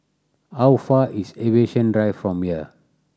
how far is Aviation Drive from here